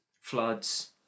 floods